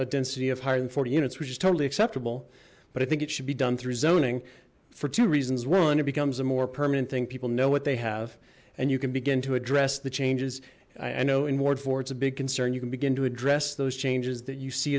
a density of higher than forty units which is totally acceptable but i think it should be done through zoning for two reasons one it becomes a more permanent thing people know what they have and you can begin to address the changes i know in ward four it's a big concern you can begin to address those changes that you see